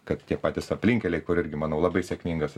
kad tie patys aplinkkeliai kur irgi manau labai sėkmingas